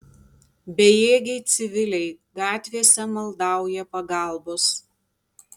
bejėgiai civiliai gatvėse maldauja pagalbos